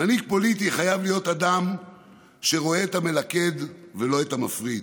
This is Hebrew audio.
מנהיג פוליטי חייב להיות אדם שרואה את המלכד ולא את המפריד,